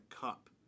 cup